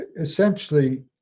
essentially